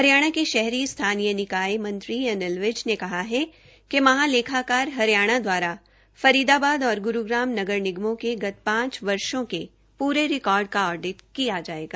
हरियाणा के शहरी स्थानीय निकाय मंत्री अनिल विज ने कहा है कि महालेखाकार हरियाणा द्वारा फरीदाबाद और ग्रूग्राम नगर निगमों के गत पांच वर्षो के पूरे रिकॉर्ड का ऑडिट किया जायेगा